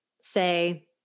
say